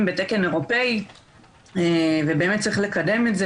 בתקן אירופאי ובאמת צריך לקדם את זה,